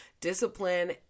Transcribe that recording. discipline